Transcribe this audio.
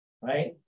right